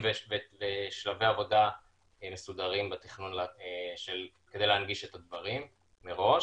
ושלבי עבודה מסודרים בתכנון כדי להנגיש את הדברים מראש.